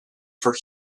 for